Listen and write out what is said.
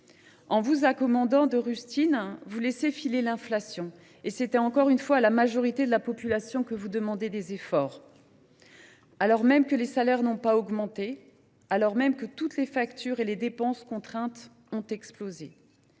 En vous accommodant de rustines, vous laissez filer l’inflation ; c’est encore une fois à la majorité de la population que vous demandez des efforts, alors que les salaires n’ont pas augmenté, et que toutes les factures ou dépenses contraintes ont explosé.